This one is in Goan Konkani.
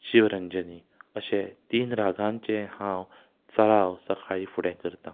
शीवरंजनी अशे तीन रागांचो हांव सराव सकाळी फुडें करतां